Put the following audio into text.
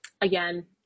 again